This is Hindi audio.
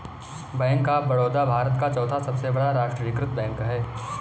बैंक ऑफ बड़ौदा भारत का चौथा सबसे बड़ा राष्ट्रीयकृत बैंक है